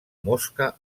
mosca